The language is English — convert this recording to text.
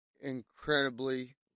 incredibly